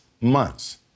months